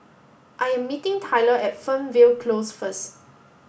I am meeting Tyler at Fernvale Close first